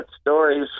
stories